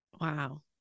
Wow